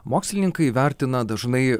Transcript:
mokslininkai vertina dažnai